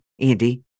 Andy